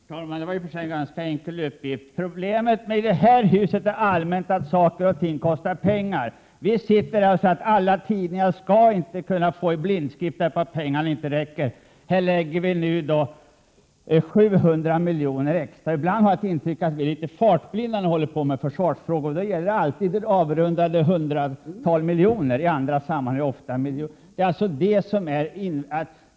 Herr talman! Det var i och för sig en ganska enkel uppgift. Problemet i det här huset är allmänt sett att saker och ting kostar pengar. Vi sitter här och säger: Alla tidningar skall inte kunna fås i blindskrift, eftersom pengarna inte räcker. Men här anslår vi nu 700 miljoner extra till ubåtsskydd. Ibland har jag intryck av att vi är litet fartblinda när vi håller på med försvarsfrågor — då gäller det alltid avrundade hundratals miljoner, medan man i andra sammanhang ofta räknar på miljonen.